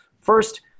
First